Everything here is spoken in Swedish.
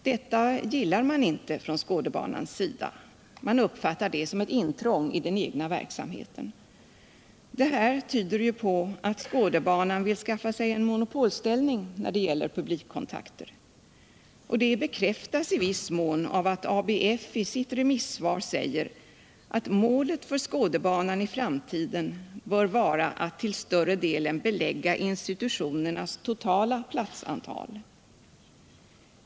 Detta gillar man inte från Skådebanans sida. Man uppfattar detta som eu intrång i den egna verksamheten. Det här tyder ju på att Skådebanan vill skaffa sig en monopolställning när det gäller publikkontakter. Detta bekräftas i viss mån av alt ABF i sitt remissvar säger, att målet för Skådebanan i framtiden bör vara att till större delen belägga institutionernas totala platsantal.